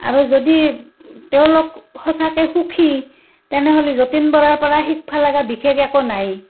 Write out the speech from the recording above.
আৰু যদি তেওঁলোক সঁচাকৈ সুখী তেনেহ'লে যতীন বৰাৰ পৰাই শিকিব লগা বিশেষ একো নাই